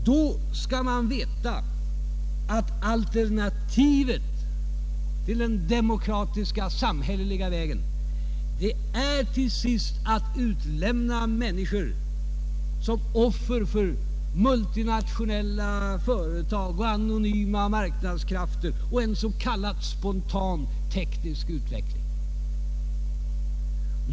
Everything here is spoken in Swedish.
Då skall man veta att alternativet till den demokratiska samhälleliga vägen är till sist att utlämna människor som offer för multinationella företag, anonyma marknadskrafter och en s.k. spontan teknisk utveckling.